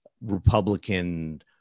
Republican